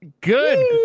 Good